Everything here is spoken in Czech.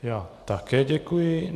Já také děkuji.